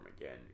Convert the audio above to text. again